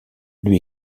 lui